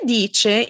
dice